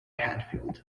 hadfield